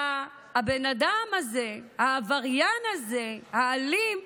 והבן אדם הזה, העבריין הזה, האלים,